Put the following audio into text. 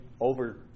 over